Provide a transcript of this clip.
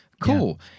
cool